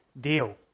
deal